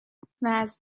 واز